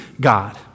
God